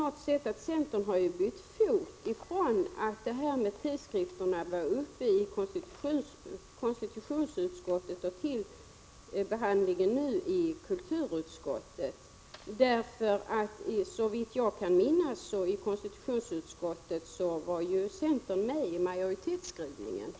Jag tycker att centern har bytt fot under tiden från det tillfälle då frågan om tidskrifterna var uppe till behandling i konstitutionsutskottet och fram till behandlingen i kulturutskottet. Såvitt jag kan minnas anslöt sig centern till majoritetskrivningen i konstitutionsutskottets betänkande.